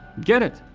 get it.